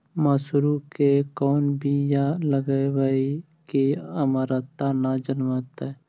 मसुरी के कोन बियाह लगइबै की अमरता न जलमतइ?